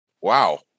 Wow